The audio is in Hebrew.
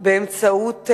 באמצעות,